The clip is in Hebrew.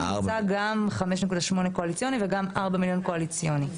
הוצג גם 5.8 קואליציוני וגם 4 מיליון קואליציוני.